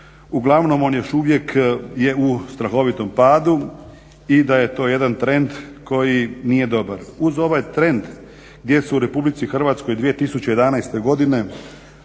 uglavnom on još uvijek je u strahovitom padu i da je to jedan trend koji nije dobar. Uz ovaj trend gdje su u RH 2011. godine